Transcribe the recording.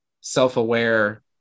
self-aware